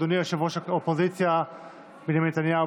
אדוני ראש האופוזיציה בנימין נתניהו,